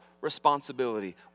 responsibility